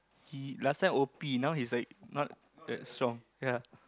he last time o_p now he is like not that strong ya